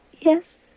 Yes